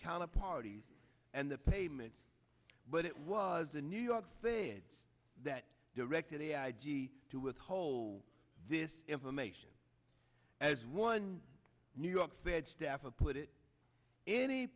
counter parties and the payment but it was the new york fed that directed a i g to withhold this information as one new york fed staffer put it in a